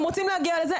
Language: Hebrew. הם רוצים להגיע לזה,